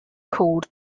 called